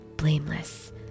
Blameless